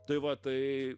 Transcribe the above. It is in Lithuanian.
tai va tai